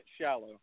shallow